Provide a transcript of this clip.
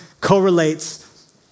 correlates